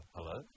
Hello